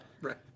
Right